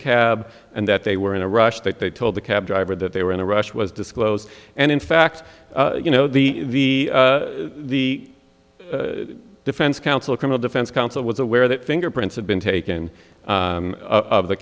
cab and that they were in a rush that they told the cab driver that they were in a rush was disclosed and in fact you know the the defense counsel criminal defense counsel was aware that fingerprints had been taken of the